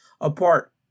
apart